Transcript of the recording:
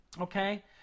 okay